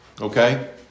Okay